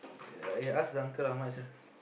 ya eh ask the uncle how much ah